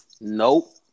nope